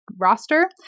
roster